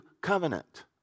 covenant